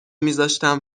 میذاشتم